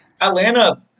Atlanta